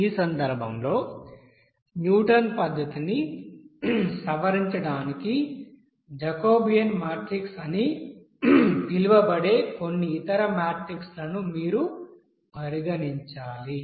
ఈ సందర్భంలో న్యూటన్ పద్ధతిని సవరించడానికి జాకోబియన్ మాట్రిక్ అని పిలువబడే కొన్ని ఇతర మాట్రిక్ లను మీరు పరిగణించాలి